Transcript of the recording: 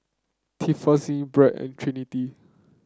Tiffanie Brent and Trinity